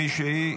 מישהי?